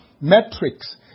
metrics